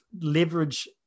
leverage